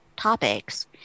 topics